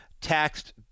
taxed